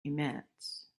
emits